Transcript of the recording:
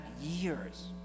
years